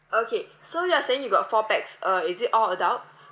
okay so you are saying you got four pax uh is it all adults